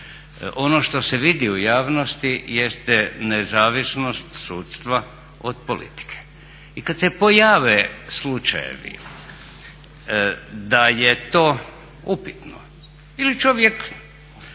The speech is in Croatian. Ono što se vidi u javnosti jeste nezavisnost sudstva od politike. I kada se pojave slučajevi da je to upitno ili čovjek